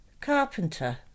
Carpenter